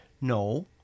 No